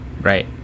Right